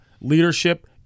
leadership